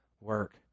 work